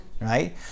right